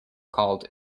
called